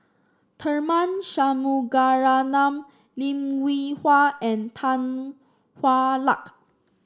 Tharman Shanmugaratnam Lim Hwee Hua and Tan Hwa Luck